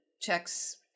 checks